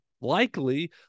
Likely